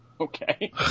Okay